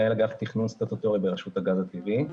מנהל אגף תכנון סטטוטורי ברשות הגז הטבעי.